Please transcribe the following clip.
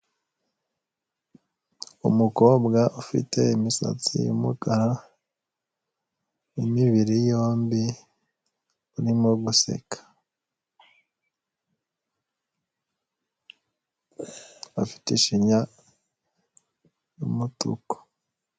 umukobwa ufite imisatsi y'umukara n'imibiri yombi; urimo guseka, afite ishinya y'umutuku.